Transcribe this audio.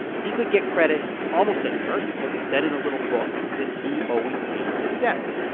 he could get credit almost anywhere because it said in a little book that he always paid his debts.